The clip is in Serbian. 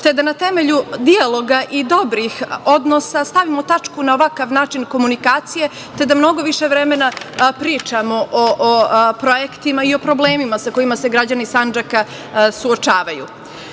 te da na temelju dijaloga i dobrih odnosa stavimo tačku na ovakav način komunikacije, te da mnogo više vremena pričamo o projektima i o problemima sa kojima se građani Sandžaka suočavaju. Mnogo